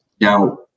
Now